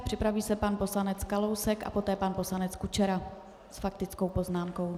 Připraví se pan poslanec Kalousek a poté pan poslanec Kučera s faktickou poznámkou.